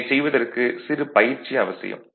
இதனைச் செய்வதற்கு சிறு பயிற்சி அவசியம்